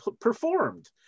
performed